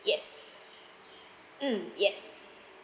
yes mm yes